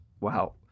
Wow